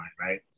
right